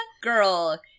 Girl